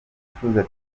icuruza